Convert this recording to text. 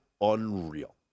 unreal